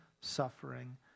suffering